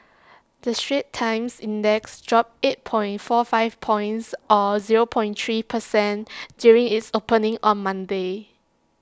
the straits times index dropped eight point four five points or zero point three per cent during its opening on Monday